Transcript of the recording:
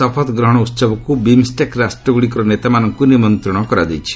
ଶପଥ ଗ୍ରହଣ ଉହବକୁ ବିମ୍ଷ୍ଟେକ୍ ରାଷ୍ଟ୍ରଗୁଡ଼ିକର ନେତାମାନଙ୍କୁ ନିମନ୍ତ୍ରଣ କରାଯାଇଛି